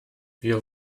wir